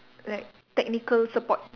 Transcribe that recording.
like technical support